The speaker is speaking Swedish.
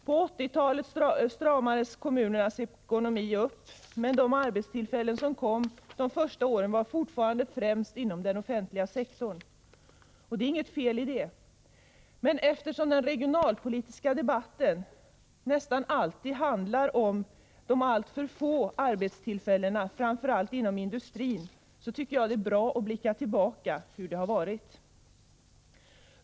På 1980-talet stramades kommunernas ekonomi upp, men de arbetstillfällen som tillkom de första åren fanns fortfarande främst inom den offentliga sektorn. Det är inget fel i det, men eftersom den regionalpolitiska debatten nästan alltid handlar om de alltför få arbetstillfällena inom framför allt industrin, tycker jag att det är bra att blicka tillbaka på hur det har varit.